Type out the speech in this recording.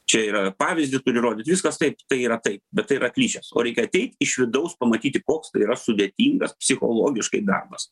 čia yra pavyzdį turi rodyt viskas taip tai yra taip bet tai yra klišės o reikia ateit iš vidaus pamatyti koks tai yra sudėtingas psichologiškai darbas